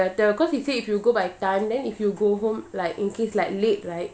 is better cause he say if you go by time then if you go home like in case like late right